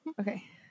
Okay